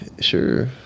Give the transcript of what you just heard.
Sure